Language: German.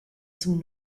zum